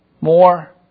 more